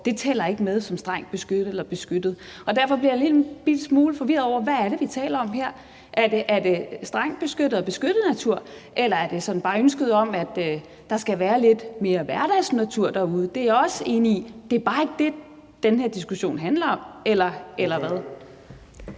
Det tæller ikke med som strengt beskyttet eller beskyttet natur. Og derfor bliver jeg en lille smule forvirret over, hvad det er, vi taler om her. Er det strengt beskyttet eller beskyttet natur, eller er det bare sådan ønsket om, at der skal være lidt mere hverdagsnatur derude? Det er jeg også enig i, men det er bare ikke det, den her diskussion handler om – eller hvad?